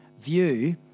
view